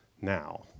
now